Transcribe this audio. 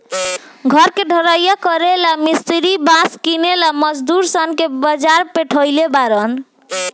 घर के ढलइया करेला ला मिस्त्री बास किनेला मजदूर सन के बाजार पेठइले बारन